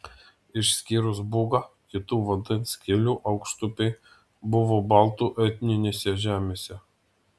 išskyrus bugą kitų vandens kelių aukštupiai buvo baltų etninėse žemėse